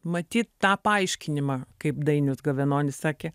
matyt tą paaiškinimą kaip dainius gavenonis sakė